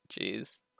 Jeez